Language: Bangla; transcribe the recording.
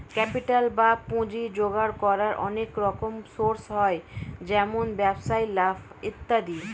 ক্যাপিটাল বা পুঁজি জোগাড় করার অনেক রকম সোর্স হয়, যেমন ব্যবসায় লাভ ইত্যাদি